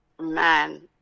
man